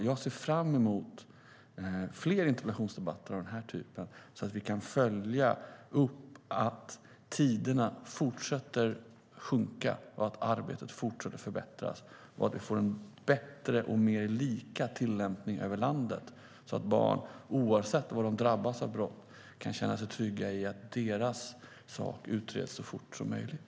Jag ser fram emot fler interpellationsdebatter av den här typen så att vi kan följa upp att handläggningstiderna fortsätter att sjunka, att arbetet fortsätter att förbättras och att vi får en bättre och mer lika tillämpning över landet. Oavsett vad barn drabbats av för brott ska de kunna känna sig trygga i att deras sak utreds så fort som möjligt.